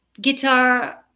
guitar